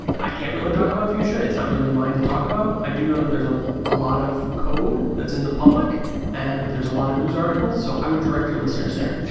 i can't really talk about fuchsia. not really mine to talk about. i do know there is a a lot of code that's in the public and there is a lot of news articles. so i would direct your listeners there.